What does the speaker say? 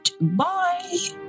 Bye